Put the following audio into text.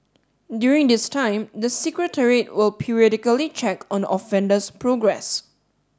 during this time the Secretariat will periodically check on the offender's progress